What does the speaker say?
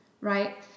Right